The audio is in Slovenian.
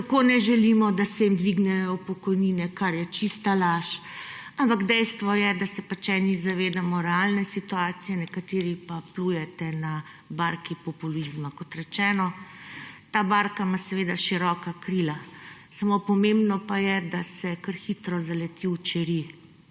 kako ne želimo, da se jim dvignejo pokojnine, kar je čista laž; ampak dejstvo je, da se pač eni zavedamo realne situacije, nekateri pa plujete na barki populizma. Kot rečeno, ta barka ima seveda široka krila. Samo pomembno pa je, da se kar hitro zaleti v čeri,